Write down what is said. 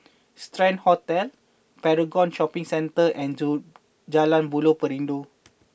Strand Hotel Paragon Shopping Centre and Ju Jalan Buloh Perindu